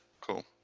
Cool